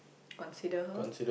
consider her